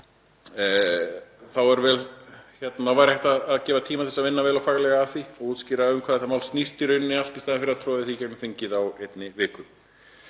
Þá væri hægt að gefa tíma til þess að vinna vel og faglega að því og útskýra um hvað þetta mál snýst í rauninni allt í staðinn fyrir að troða því í gegnum þingið á einni viku.